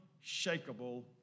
unshakable